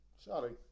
Sorry